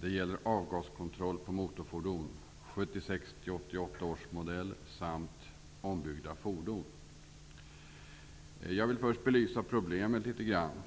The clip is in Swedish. Det gäller avgaskontroll på motorfordon av 1976--1988 års modell samt ombyggda fordon. Jag vill först belysa problemet litet grand.